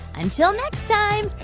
until next time,